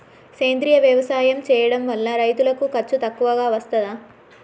సేంద్రీయ వ్యవసాయం చేయడం వల్ల రైతులకు ఖర్చు తక్కువగా వస్తదా?